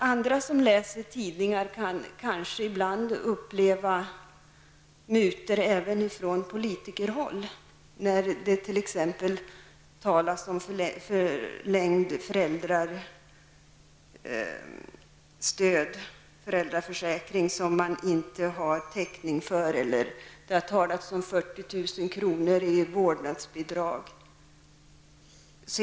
Andra som läser tidningar kan kanske ibland även uppleva mutor ifrån politikerhåll, t.ex. när det talas om förlängd föräldraförsäkring som man inte har täckning för eller när det har talats om 40 000 kr. i vårdnadsbidrag.